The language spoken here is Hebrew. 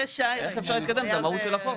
איך אפשר להתקדם, זה המהות של החוק.